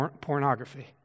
pornography